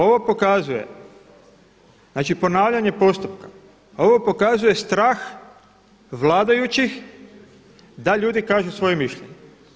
Ovo pokazuje, znači ponavljanje postupka, ovo pokazuje strah vladajućih da ljudi kažu svoje mišljenje.